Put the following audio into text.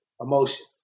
emotion